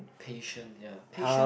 patient ya patient